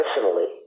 personally